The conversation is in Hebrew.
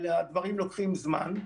אבל הדברים לוקחים זמן.